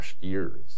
years